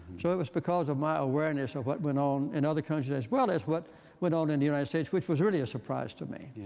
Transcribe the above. so it was because of my awareness of what went on in other countries as well as what went on in the united states, which was really a surprise to me.